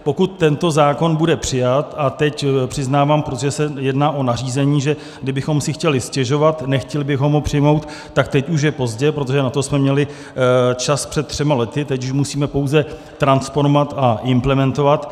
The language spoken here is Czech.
Pokud tento zákon bude přijat a teď přiznávám, protože se jedná o nařízení, že kdybychom si chtěli stěžovat, nechtěli bychom ho přijmout, tak teď už je pozdě, protože na to jsme měli čas před třemi lety, teď už musíme pouze transponovat a implementovat.